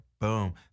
boom